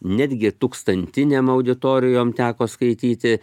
netgi tūkstantinėm auditorijom teko skaityti